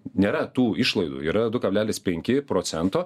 nėra tų išlaidų yra du kablelis penki procento